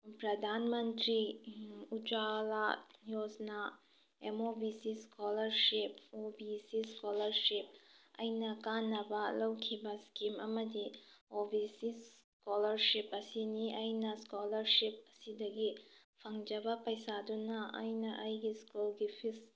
Pradhan Mantri Ujjwala Yojana M O B C scholarship O B C scholarship ꯑꯩꯅ ꯀꯥꯟꯅꯕ ꯂꯧꯈꯤꯕ ꯁ꯭ꯀꯤꯝ ꯑꯃꯗꯤ ꯑꯣ ꯕꯤ ꯁꯤ ꯁ꯭ꯀꯣꯂꯔꯁꯤꯞ ꯑꯁꯤꯅꯤ ꯑꯩꯅ ꯁ꯭ꯀꯣꯂꯔꯁꯤꯞ ꯑꯁꯤꯗꯒꯤ ꯐꯪꯖꯕ ꯄꯩꯁꯥꯗꯨꯅ ꯑꯩꯅ ꯑꯩꯒꯤ ꯁ꯭ꯀꯨꯜꯒꯤ ꯐꯤꯁ